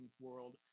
world